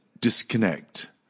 disconnect